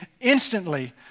instantly